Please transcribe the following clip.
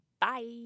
bye